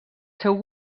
seu